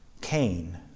Cain